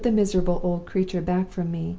i put the miserable old creature back from me,